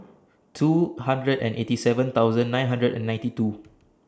two hundred and eighty seven thousand nine hundred and ninety two